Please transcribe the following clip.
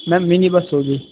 ma'am mini bus होगी